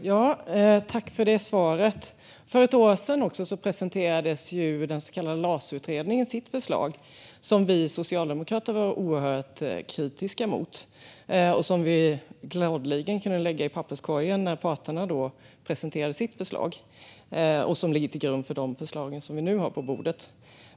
Herr talman! Jag tackar för svaret. För ett år sedan presenterade den så kallade LAS-utredningen sitt förslag som vi socialdemokrater var oerhört kritiska mot och som vi gladeligen kunde lägga i papperskorgen när parterna presenterade sitt förslag och som ligger till grund för de förslag som vi nu har på bordet.